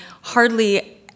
Hardly